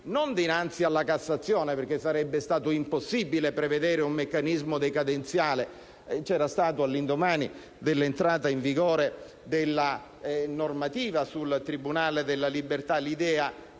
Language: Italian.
non dinanzi alla Cassazione. Sarebbe, infatti, stato impossibile prevedere un meccanismo decadenziale in quel caso. All'indomani dell'entrata in vigore della normativa sul Tribunale della libertà, vi era